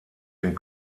den